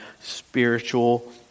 spiritual